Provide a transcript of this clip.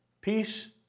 Peace